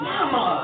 Mama